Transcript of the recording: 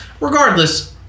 Regardless